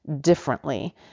differently